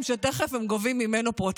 הוא כל כך הראה להם שתכף הם גובים ממנו פרוטקשן.